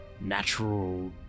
natural